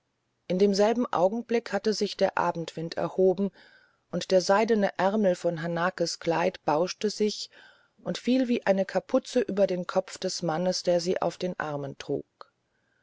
in demselben augenblick hatte sich der abendwind erhoben und der seidene ärmel von hanakes kleid bauschte sich und fiel wie eine kapuze über den kopf des mannes der sie auf den armen trug